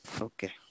Okay